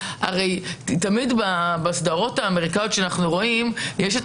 תמיד בסדרות האמריקניות שאנחנו רואים יש את